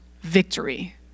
victory